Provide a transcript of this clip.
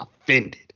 offended